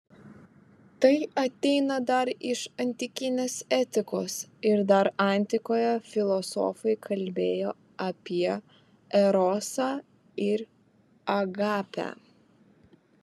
tai ateina dar iš antikinės etikos ir dar antikoje filosofai kalbėjo apie erosą ir agapę